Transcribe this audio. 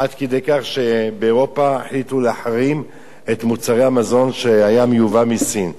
עד כדי כך שבאירופה החליטו להחרים את מוצרי המזון שיובאו מסין.